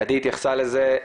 עדי התייחסה לזה.